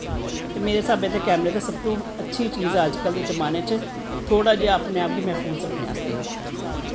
मे मेरे हिसावे ते कैमरे ते सब तों अच्छी चीज ऐ अज्जकल दे जमानें च थोह्ड़ा जेहा अपनें आप गी मैह्पूज़ रक्खनें आस्ते